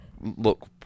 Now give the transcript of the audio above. look